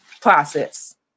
process